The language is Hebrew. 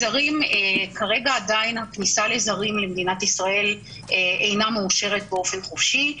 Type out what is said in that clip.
כרגע עדיין הכניסה לזרים למדינת ישראל אינה מאושרת באופן חופשי.